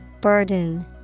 Burden